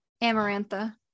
Amarantha